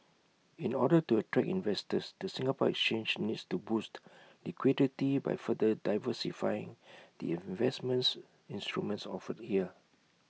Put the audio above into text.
in order to attract investors the Singapore exchange needs to boost liquidity by further diversifying the investments instruments offered here